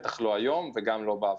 לא היום וגם לא בעבר.